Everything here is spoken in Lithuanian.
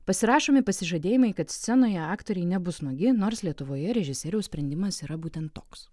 pasirašomi pasižadėjimai kad scenoje aktoriai nebus nuogi nors lietuvoje režisieriaus sprendimas yra būtent toks